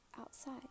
outside